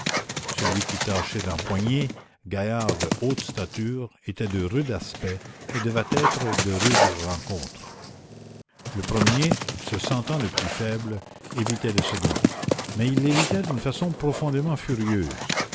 celui qui tâchait d'empoigner gaillard de haute stature était de rude aspect et devait être de rude rencontre le premier se sentant le plus faible évitait le second mais il l'évitait d'une façon profondément furieuse